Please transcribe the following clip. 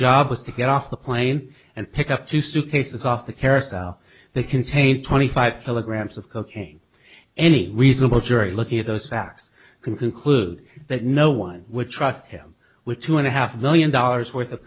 job was to get off the plane and pick up two suitcases off the carousel they contain twenty five kilograms of cocaine any reasonable jury looking at those facts can conclude that no one would trust him with two and a half million hours worth of